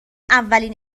اولین